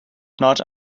not